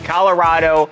Colorado